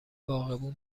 باغبون